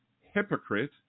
hypocrite